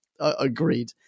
Agreed